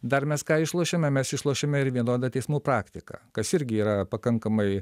dar mes ką išlošiame mes išlošiame ir vienodą teismų praktiką kas irgi yra pakankamai